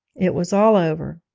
it was all over.